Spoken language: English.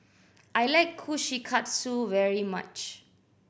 I like Kushikatsu very much